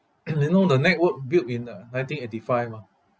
you know the network built in uh nineteen eighty five ah